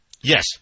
Yes